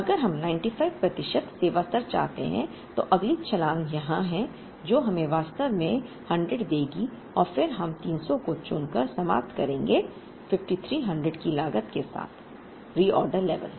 अगर हम 95 प्रतिशत सेवा स्तर चाहते हैं तो अगली छलांग यहां है जो हमें वास्तव में 100 देगी और फिर हम 300 को चुनकर समाप्त करेंगे 5300 की लागत के साथ रिऑर्डर लेवल